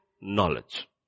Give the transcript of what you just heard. knowledge